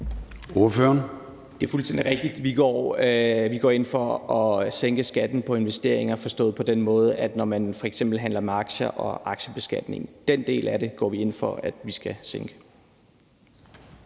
Det er fuldstændig rigtigt. Vi går ind for at sænke skatten på investeringer, når man f.eks. handler med aktier. Den del af det går vi ind for at vi skal sænke.